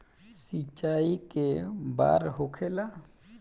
सिंचाई के बार होखेला?